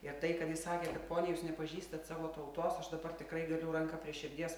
ir tai kad jis sakė kad ponia jūs nepažįstat savo tautos aš dabar tikrai galiu ranką prie širdies